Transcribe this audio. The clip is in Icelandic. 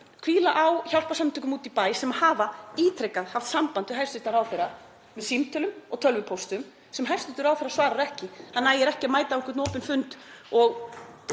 hvíla á hjálparsamtökum úti í bæ sem hafa ítrekað haft samband við hæstv. ráðherra með símtölum og tölvupóstum sem hæstv. ráðherra svarar ekki? Það nægir ekki að mæta á einhvern opinn fund og